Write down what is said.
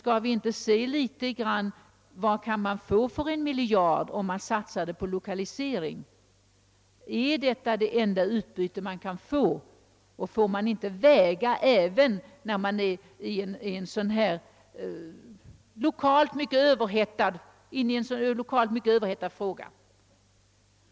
Skall vi inte också ta litet hänsyn till vad man kan få för en miljard om man satsar den på annan lokalisering i stället? är sysselsättning för några få människor några år det enda utbyte man kan få för en miljard? Måste man inte även i en sådan här fråga, som lokalt kan vara mycket brännande, ta hänsyn till andra icke lokala synpunkter?